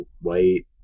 white